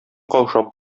каушап